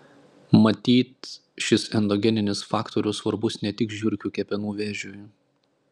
matyt šis endogeninis faktorius svarbus ne tik žiurkių kepenų vėžiui